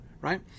right